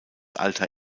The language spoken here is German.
alter